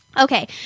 Okay